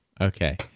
Okay